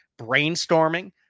brainstorming